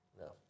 No